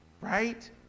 Right